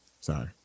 Sorry